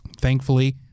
Thankfully